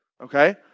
Okay